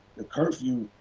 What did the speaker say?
the curfew,